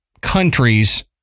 countries